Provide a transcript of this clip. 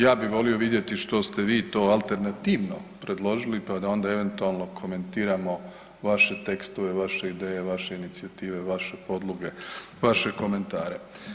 Ja bi volio što ste vi to alternativno predložili pa da onda eventualno komentiramo vaše tekstove, vaše ideje, vaše inicijative, vaše podloge, vaše komentare.